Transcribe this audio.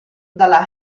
dalla